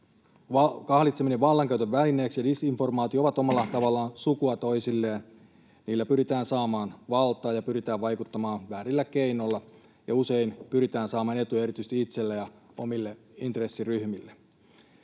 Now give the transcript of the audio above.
kahlitseminen vallankäytön välineeksi ja disinformaatio ovat omalla tavallaan sukua toisilleen. Niillä pyritään saamaan valtaa ja pyritään vaikuttamaan väärillä keinoilla ja usein pyritään saamaan etuja erityisesti itselle ja omille intressiryhmille.